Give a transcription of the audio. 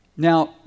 Now